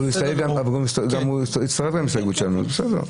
בסדר גמור.